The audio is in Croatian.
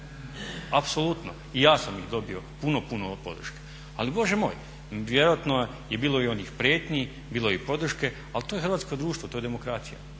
apsolutno, i ja sam ih dobio puno, puno podrške, ali Bože moj. Vjerojatno je bilo i onih prijetnji, bilo je i podrške ali to je hrvatsko društvo, to je demokracija.